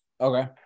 Okay